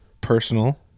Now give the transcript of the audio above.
personal